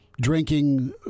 drinking